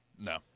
No